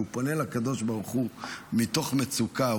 שבו הוא פונה לקדוש ברוך הוא מתוך מצוקה,